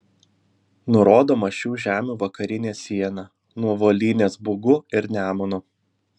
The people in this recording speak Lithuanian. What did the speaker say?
nurodoma šių žemių vakarinė siena nuo volynės bugu ir nemunu